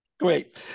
Great